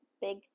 Big